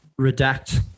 redact